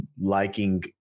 liking